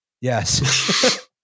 Yes